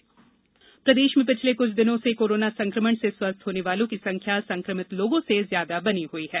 corona प्रदेश प्रदेश में पिछले कुछ दिनों से कोरोना संकमण से स्वस्थ होने वालों की संख्या संकमित लोगों से ज्यादा बनी हुई है